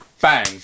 bang